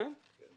כן.